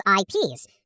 IPs